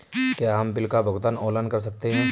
क्या हम बिल का भुगतान ऑनलाइन कर सकते हैं?